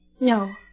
No